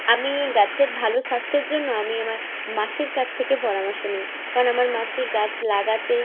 আমি গাছের ভালো স্বাস্থ্যের জন্য আমি আমার মাসির কাছ থেকে পরামর্শ নিই কারণ আমার মাসি গাছ লাগাতে